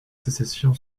sécession